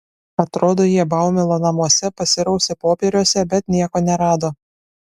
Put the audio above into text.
atrodo jie baumilo namuose pasirausė popieriuose bet nieko nerado